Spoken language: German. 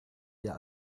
der